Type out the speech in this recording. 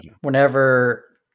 Whenever